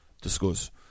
Discuss